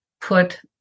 put